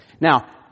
Now